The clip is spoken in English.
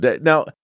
Now